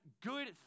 good